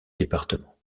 département